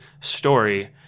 story